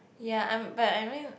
ya I'm but I mean